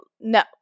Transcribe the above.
no